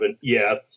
Yes